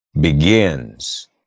begins